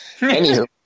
Anywho